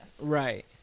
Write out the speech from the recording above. Right